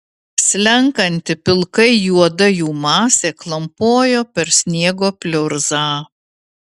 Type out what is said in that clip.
slenkanti pilkai juoda jų masė klampojo per sniego pliurzą